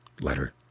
letter